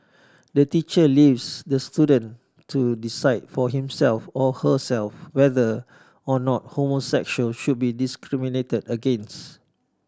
the teacher leaves the student to decide for himself or herself whether or not homosexual should be discriminated against